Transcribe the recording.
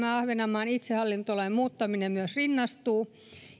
ahvenanmaan itsehallintolain muuttaminen myös rinnastuu